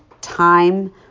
time